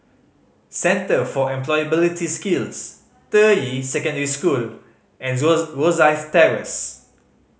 Centre for Employability Skills Deyi Secondary School and Rosyth Terrace